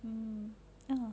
mm ya